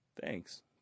Thanks